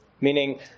meaning